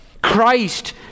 Christ